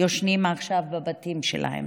ישנים עכשיו בבתים שלהם.